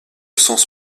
sens